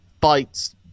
bites